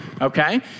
okay